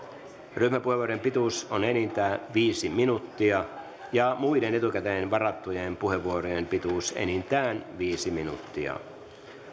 ryhmäpuheenvuorojen pituus on enintään viisi minuuttia ja muiden etukäteen varattujen puheenvuorojen pituus enintään viisi minuuttia